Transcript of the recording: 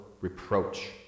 reproach